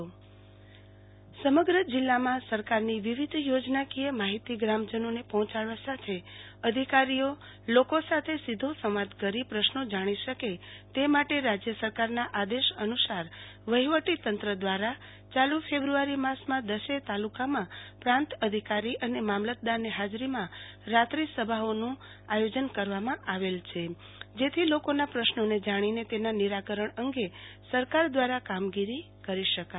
આરતીબેન ભદ્દ રાત્રિસભા સમગ્ર જિલ્લામાં સરકારની વિવિધ યોજનાકીય માહિતી ગ્રામજનોને પહોંચાડવા સાથે અધિકારીઓ લોકો સાથે સીધો સંવાદ કરી પ્રશ્નો જાણી શકે તે માટે રાજય સરકારના આદેશ અનુ સાર વહીવટતંત્ર દ્રારા યાલુ ફેબ્રુઆરી માસમાં દસેય તાલુકામાં પ્રાંત અધિકારી અને મામલતદારની ફાજરીમાં રાત્રી સભાઓનું આયોજન કરવામાં આવેલ છે જેથી લોકોના પ્રશ્નોને જાણીને તેના નિરાકરણ અંગે સરકાર દ્રારા કામગીરી કરી શકાય